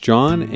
John